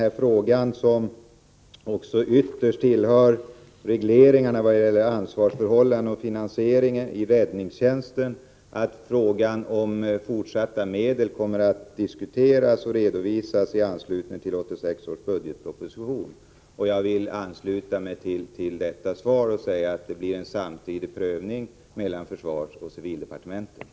Han framhöll att frågan är ytterst komplicerad med många olika aspekter vad gäller både ansvarsförhållandena och finansieringen av räddningstjänsten och sade att regeringens ställningstagande till frågan om fortsatta medel kommer att redovisas i anslutning till 1986 års budgetproposition. Jag vill ansluta mig till detta svar och säga att det blir en samtidig prövning mellan försvarsoch civildepartementen.